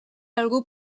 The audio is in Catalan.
algú